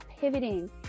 pivoting